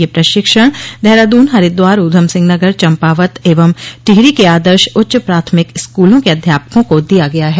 यह प्रशिक्षण देहरादून हरिद्वार उधम सिंह नगर चम्पावत एवं टिहरी के आदर्श उच्च प्राथमिक स्कूलों के अध्यापकों को दिया गया है